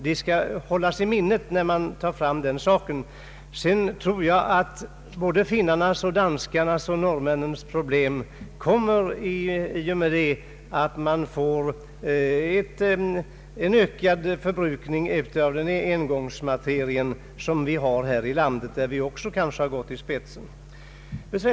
Det bör vi hålla i minnet när sådana här saker diskuteras. Finländarnas, danskarnas och norrmännens problem uppstår när man i dessa länder får lika stor förbrukning av engångsförpackningar som vi har här i landet. Där har vi också gått i spetsen.